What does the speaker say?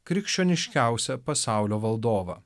krikščioniškiausią pasaulio valdovą